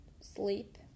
sleep